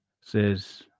says